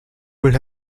would